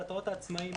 התיאטראות העצמאיים,